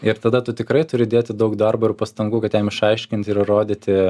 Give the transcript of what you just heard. ir tada tu tikrai turi dėti daug darbo ir pastangų kad jam išaiškint ir įrodyti